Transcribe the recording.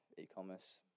e-commerce